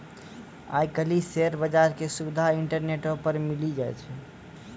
आइ काल्हि शेयर बजारो के सुविधा इंटरनेटो पे मिली जाय छै